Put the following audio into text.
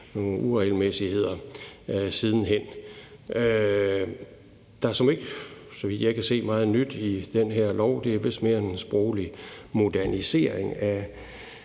nogle uregelmæssigheder, siden hen. Der er såmænd ikke, så vidt jeg kan se, meget nyt i det her lovforslag. Det er vist mere en modernisering af